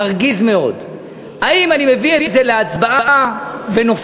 מרגיז מאוד: האם אני מביא את זה להצבעה ונופל